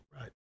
Right